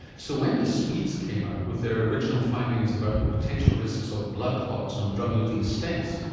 so when the swedes came out with their original findings about the potential risks of blood clots on drug-eluting stents,